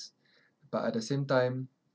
but at the same time